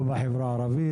לא בחברה הערבית,